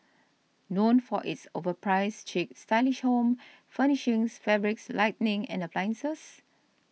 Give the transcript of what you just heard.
known for its overpriced chic stylish home furnishings fabrics lighting and appliances